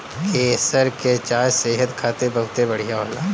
केसर के चाय सेहत खातिर बहुते बढ़िया होला